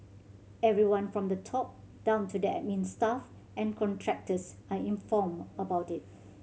everyone from the top down to the admin staff and contractors are informed about it